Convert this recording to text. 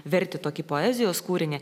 vertį tokį poezijos kūrinį